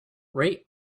rate